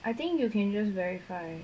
I think you can just verify